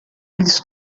eles